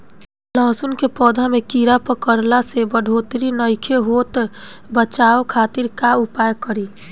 लहसुन के पौधा में कीड़ा पकड़ला से बढ़ोतरी नईखे होत बचाव खातिर का उपाय करी?